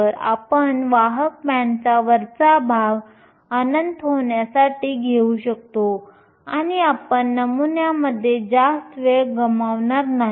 तर आपण वाहक बँडचा वरचा भाग अनंत होण्यासाठी घेऊ शकतो आणि आपण नमुन्यामध्ये जास्त वेळ गमावणार नाही